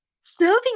serving